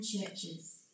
churches